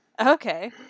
Okay